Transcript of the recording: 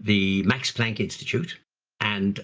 max planck institute and